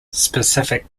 specific